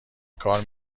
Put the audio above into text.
کار